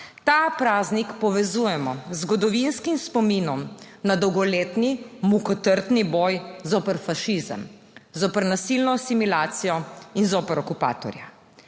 Ta praznik povezujemo z zgodovinskim spominom na dolgoletni mukotrpni boj zoper fašizem, zoper nasilno asimilacijo in zoper okupatorja.